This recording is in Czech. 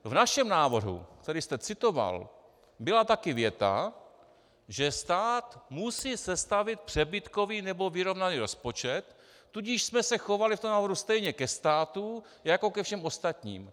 V našem, návrhu, který jste citoval, byla taky věta, že stát musí sestavit přebytkový nebo vyrovnaný rozpočet, tudíž jsme se chovali v návrhu stejně ke státu jako ke všem ostatním.